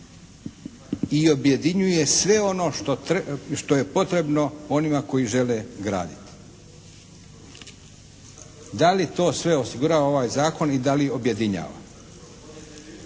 i objedinjuje sve ono što, što je potrebno onima koji žele graditi. Da li to sve osigurava ovaj zakon i da li objedinjava?